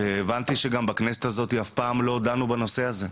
הבנתי שגם בכנסת הזאת אף פעם אל דנו בנושא הזה.